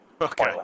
Okay